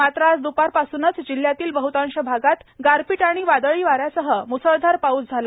मात्र आज द्पारपासूनच जिल्ह्यातील बहतांश भागात गारपीट आणि वादळी वाऱ्यासह मुसळधार पाऊस झाला